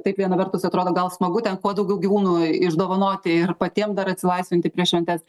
taip viena vertus atrodo gal smagu ten kuo daugiau gyvūnų išdovanoti ir patiem dar atsilaisvinti prieš šventes